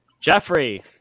Jeffrey